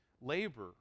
labor